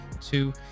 two